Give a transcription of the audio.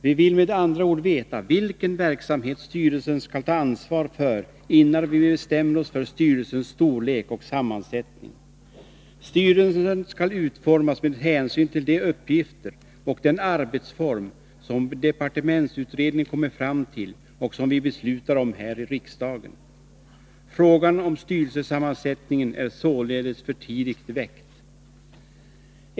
Vi vill med andra ord veta vilken verksamhet styrelsen skall ta ansvar för, innan vi bestämmer oss för styrelsens storlek och sammansättning. Styrelsen skall utformas med hänsyn till de uppgifter och den arbetsform som departementsutredningen kommer fram till och som vi beslutar om här i riksdagen. Frågan om styrelsesammansättningen är således för tidigt väckt.